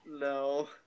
No